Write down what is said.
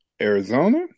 Arizona